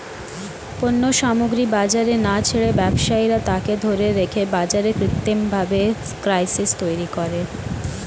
পণ্য সামগ্রী বাজারে না ছেড়ে ব্যবসায়ীরা তাকে ধরে রেখে বাজারে কৃত্রিমভাবে ক্রাইসিস তৈরী করে